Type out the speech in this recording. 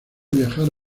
viajar